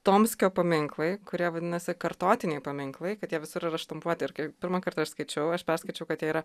tomskio paminklai kurie vadinasi kartotiniai paminklai kad jie visur yra štampuoti ir kai pirmą kartą aš skaičiau aš perskaičiau kad jie yra